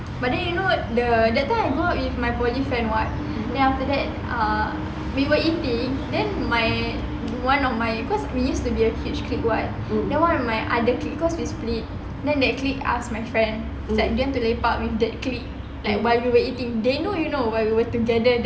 but then you know the that time I go out with my poly friend [what] then after that uh we were eating then my one of my cause we used to be a huge clique [what] then one of my other clique cause we split then that clique ask my friend like you want to lepak with that clique like while we were eating they know you know while we were together dia tanya gitu